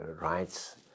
rights